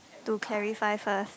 to clarify first